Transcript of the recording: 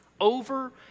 over